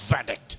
verdict